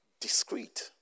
discreet